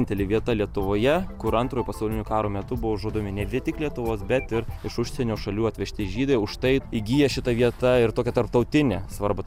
vienintelė vieta lietuvoje kur antrojo pasaulinio karo metu buvo žudomi ne vien tik lietuvos bet ir iš užsienio šalių atvežti žydai už tai įgyja šita vieta ir tokią tarptautinę svarbą